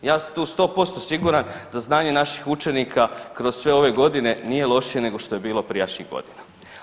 Ja sam tu 100% siguran da znanje način učenike kroz sve ove godine nije lošije nego što je bilo prijašnjih godina.